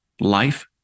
life